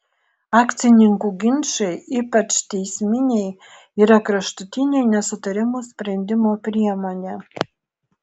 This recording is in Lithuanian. akcininkų ginčai ypač teisminiai yra kraštutinė nesutarimų sprendimo priemonė